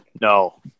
no